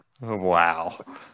Wow